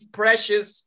precious